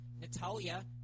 Natalia